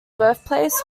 birthplace